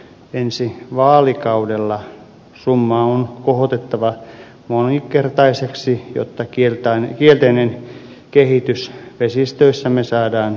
ensi vaalikaudella summa on kohotettava moninkertaiseksi jotta kielteinen kehitys vesistöissämme saadaan taitettua